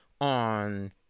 on